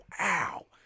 ow